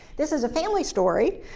this is a family story,